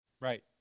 Right